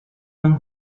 han